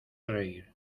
reír